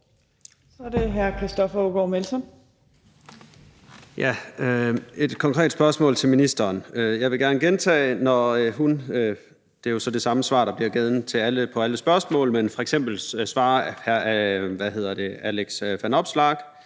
Kl. 14:20 Christoffer Aagaard Melson (V): Jeg har et konkret spørgsmål til ministeren. Jeg vil gerne gentage, at det jo er det samme svar, der bliver givet på alle spørgsmål. Men f.eks. spørger hr. Alex Vanopslagh: